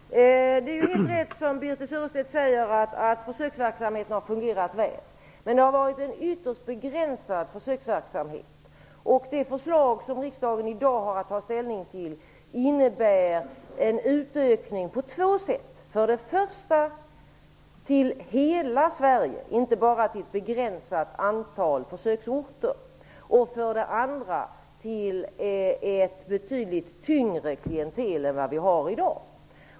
Herr talman! Det är helt rätt som Birthe Sörestedt säger att försöksverksamheten har fungerat väl. Men det har varit en ytterst begränsad försöksverksamhet. Det förslag som riksdagen i dag har att ta ställning till innebär en utökning på två sätt. För det första skall verksamheten bedrivas i hela Sverige, inte bara i ett begränsat antal försöksorter. För det andra blir det ett betydligt tyngre klientel än vad vi har i dag.